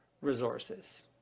resources